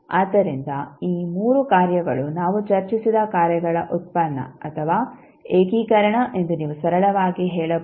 ಆದ್ದರಿಂದ ಈ 3 ಕಾರ್ಯಗಳು ನಾವು ಚರ್ಚಿಸಿದ ಕಾರ್ಯಗಳ ಉತ್ಪನ್ನ ಅಥವಾ ಏಕೀಕರಣ ಎಂದು ನೀವು ಸರಳವಾಗಿ ಹೇಳಬಹುದು